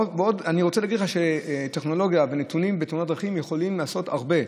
אני רוצה להגיד לך שטכנולוגיה ונתונים בתאונת דרכים יכולים לעשות הרבה.